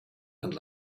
and